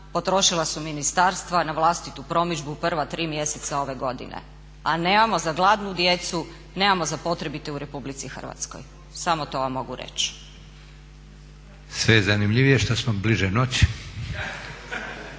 potrošila su ministarstva na vlastitu promidžba u prva tri mjeseca ove godine. A nemamo za gladnu djecu, nemamo za potrebite u RH. Samo to vam mogu reći. **Leko, Josip (SDP)** Sve je zanimljivije što smo bliže noći.